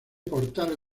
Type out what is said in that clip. portal